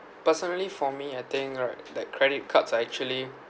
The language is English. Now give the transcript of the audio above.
personally for me I think right that credit cards are actually